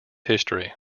history